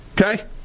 Okay